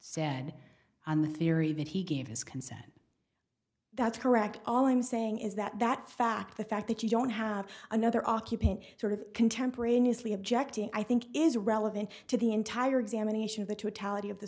said on the theory that he gave his consent that's correct all i'm saying is that that fact the fact that you don't have another occupant sort of contemporaneously objecting i think is relevant to the entire examination of the t